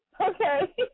Okay